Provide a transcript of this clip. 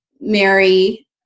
Mary